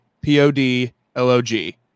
P-O-D-L-O-G